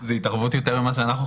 זאת התערבות יותר ממה שאנחנו חשבנו.